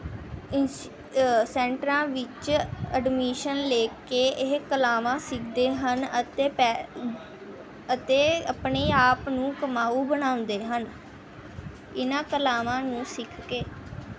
ਇਸ ਸੈਂਟਰਾਂ ਵਿੱਚ ਅਡਮੀਸ਼ਨ ਲੈ ਕੇ ਇਹ ਕਲਾਵਾਂ ਸਿੱਖਦੇ ਹਨ ਅਤੇ ਪੈ ਅਤੇ ਆਪਣੇ ਆਪ ਨੂੰ ਕਮਾਊ ਬਣਾਉਂਦੇ ਹਨ ਇਨ੍ਹਾਂ ਕਲਾਵਾਂ ਨੂੰ ਸਿੱਖ ਕੇ